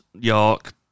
York